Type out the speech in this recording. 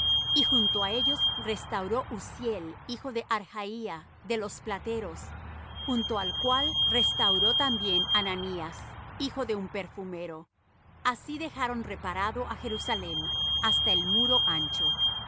y junto á ellos restauró uzziel hijo de harhaía de los plateros junto al cual restauró también hananías hijo de un perfumero así dejaron reparado á jerusalem hasta el muro ancho